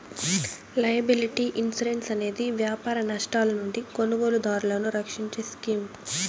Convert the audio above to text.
liability insurance అనేది వ్యాపార నష్టాల నుండి కొనుగోలుదారులను రక్షించే స్కీమ్